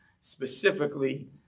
specifically